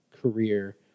career